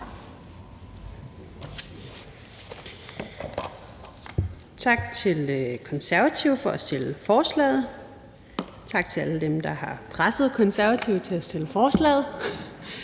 Tak til Konservative for at have fremsat forslaget, og tak til alle dem, der har presset Konservative til at fremsætte forslaget.